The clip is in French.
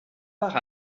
part